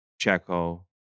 Checo